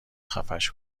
خفش